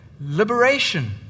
liberation